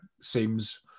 seems